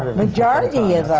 majority of